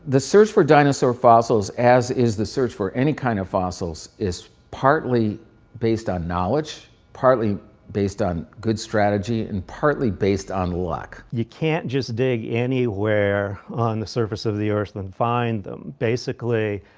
the search for dinosaur fossils, as is the search for any kind of fossils, is partly based on knowledge, partly based on good strategy, and partly based on luck. you can't just dig anywhere on the surface of the earth and find them. basically,